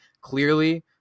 Clearly